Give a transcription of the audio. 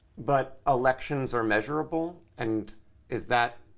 but elections are measurable and is that,